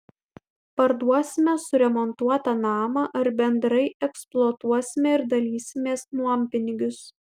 parduosime suremontuotą namą ar bendrai eksploatuosime ir dalysimės nuompinigius